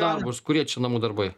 darbus kurie čia namų darbai